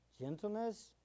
gentleness